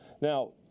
now